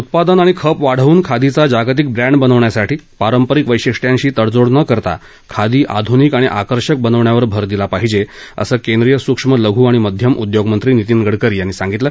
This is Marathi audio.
उत्पादन आणि खप वाढवून खादीचा जागतिक ब्रॅन्ड बनवण्यासाठी पारंपरिक वश्विष्ट्यांशी तडजोड न करता खादी आध्रनिक आणि आकर्षक बनवण्यावर भर दिला पाहिजे असं केंद्रीय सूक्ष्म लघू आणि मध्यम उद्योग मंत्री नितीन गडकरी यांनी सांगितलं